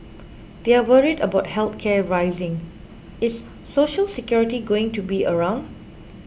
they're worried about health care rising is Social Security going to be around